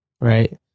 right